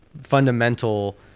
fundamental